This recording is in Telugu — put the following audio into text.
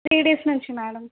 త్రీ డేస్ నుంచి మేడం